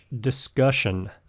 discussion